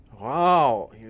Wow